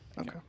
Okay